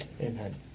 amen